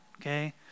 Okay